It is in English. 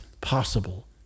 possible